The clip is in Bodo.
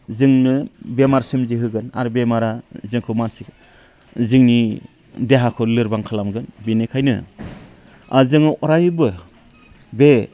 जोंनो बेमार सोमजिहोगोन आरो बेमारा जोंखौ जोंनि देहाखौ लोरबां खालामगोन बिनिखायनो आरो जोङो अरायबो बे